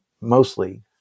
mostly